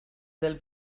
del